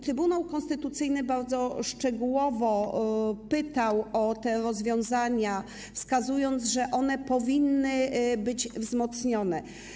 Trybunał Konstytucyjny bardzo szczegółowo pytał o te rozwiązania, wskazując, że powinny być one wzmocnione.